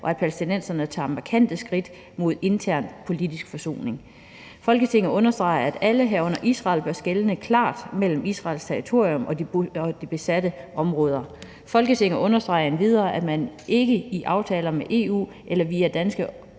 og - at palæstinenserne tager markante skridt mod intern politisk forsoning. Folketinget understreger, at alle, herunder Israel, bør skelne klart mellem Israels territorium og de besatte områder. Folketinget understreger endvidere, at man ikke i aftaler med EU eller via danske